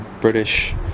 British